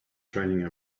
training